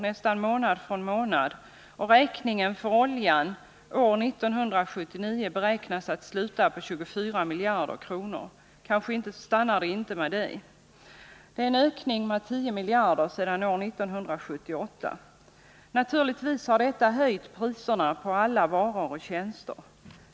nästan månad för månad, och räkningen för oljan år 1979 beräknas sluta på 24 miljarder kronor — och kanske stannar det inte vid det beloppet. Det är en ökning med 10 miljarder sedan 1978. Naturligtvis har detta höjt priserna på alla varor och tjänster.